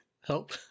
help